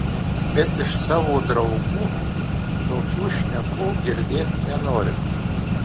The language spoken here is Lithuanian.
bet iš savo draugų tokių šnekų girdėt nenoriu